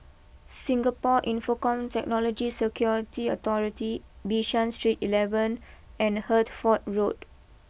Singapore Infocomm Technology Security Authority Bishan Street eleven and Hertford Road